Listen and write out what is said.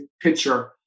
picture